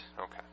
Okay